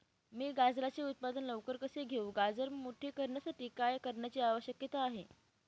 मी गाजराचे उत्पादन लवकर कसे घेऊ? गाजर मोठे करण्यासाठी काय करण्याची आवश्यकता आहे?